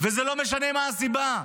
לא משנה מה הסיבה,